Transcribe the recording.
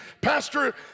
pastor